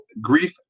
Grief